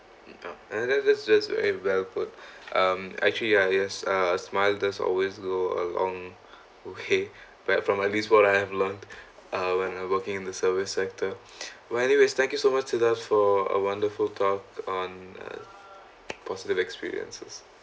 oh and then that that's just very well put um actually ya yes uh smile does always go a long way but from at least what I've learned uh when I working in service sector well anyways thank you so much to that for a wonderful talk on uh positive experiences